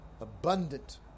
abundant